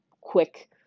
quick